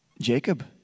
Jacob